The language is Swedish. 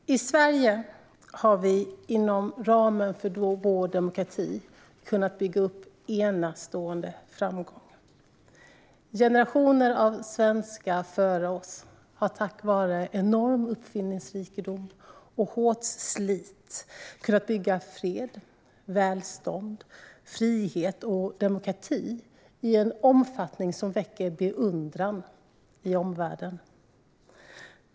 Fru talman! I Sverige har vi inom ramen för vår demokrati kunnat bygga upp enastående framgångar. Generationer av svenskar före oss har tack vare enorm uppfinningsrikedom och hårt slit kunnat bygga fred, välstånd, frihet och demokrati i en omfattning som väcker beundran i omvärlden.